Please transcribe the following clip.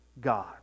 God